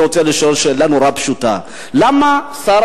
שאני רוצה לשאול היא שאלה נורא פשוטה: למה שר